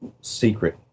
secret